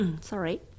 sorry